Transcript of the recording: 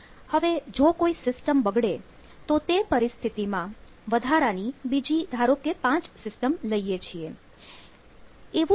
હવે જો કોઇ સિસ્ટમ બગડે તો તે પરિસ્થિતિમાં વધારાની બીજી ધારો કે 5 સિસ્ટમ લઈએ છીએ